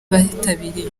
bitabiriye